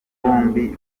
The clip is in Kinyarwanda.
bombi